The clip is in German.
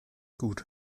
gut